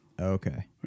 Okay